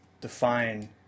define